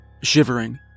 shivering